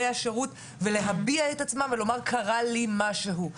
השירות ולהביע את עצמם ולומר שקרה להם משהו.